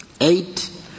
Eight